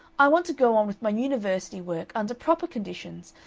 i want to go on with my university work under proper conditions,